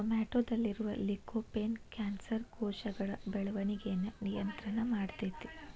ಟೊಮೆಟೊದಲ್ಲಿರುವ lycopene cancer ಕೋಶಗಳ ಬೆಳವಣಿಗಯನ್ನ ನಿಯಂತ್ರಣ ಮಾಡ್ತೆತಿ